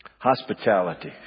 Hospitality